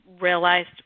realized